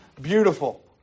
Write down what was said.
beautiful